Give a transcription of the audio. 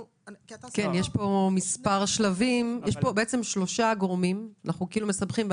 פה בעצם שלושה גורמים ואנחנו כאילו מסבכים...